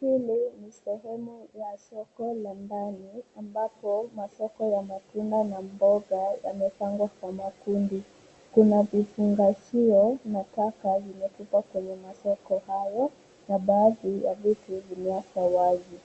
Hili ni sehemu ya soko la ndani ambapo masoko ya matunda na mamboga yamepangwa kwa makundi. Kuna vifungashio na taka zimetupwa kwenye masoko hayo na baadhi ya vitu vimeachwa wazi.